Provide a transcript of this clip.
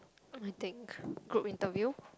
I think group interview